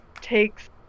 takes